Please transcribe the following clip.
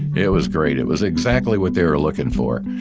it was great. it was exactly what they were looking for.